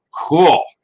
cool